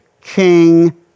king